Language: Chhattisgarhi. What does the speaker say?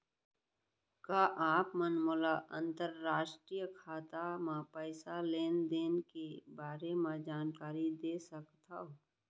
का आप मन मोला अंतरराष्ट्रीय खाता म पइसा लेन देन के बारे म जानकारी दे सकथव?